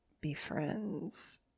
befriends